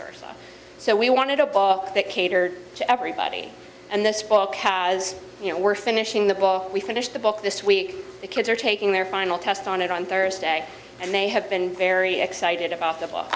versa so we wanted a bar that catered to everybody and this book as you know we're finishing the book we finished the book this week the kids are taking their final test on it on thursday and they have been very excited about the bo